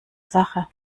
sache